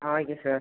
okay sir